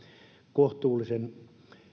kohtuullisen